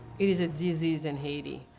it is a disease in haiti.